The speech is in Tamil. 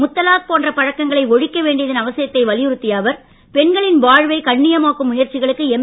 முத்தலாக் போன்ற பழக்கங்களை ஒழிக்க வேண்டியதன் அவசியத்தை வலியுறுத்திய அவர் பெண்களின் வாழ்வை கண்ணியமாக்கும் முயற்சிகளுக்கு எம்